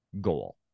goal